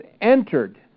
entered